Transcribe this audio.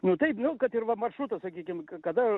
nu taip nu kad ir va maršrutas sakykim kada